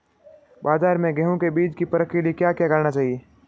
बाज़ार में गेहूँ के बीज की परख के लिए क्या करना चाहिए?